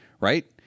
right